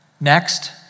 Next